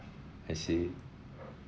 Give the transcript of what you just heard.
I see